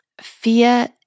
Fear